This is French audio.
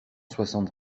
soixante